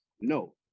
No